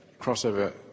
crossover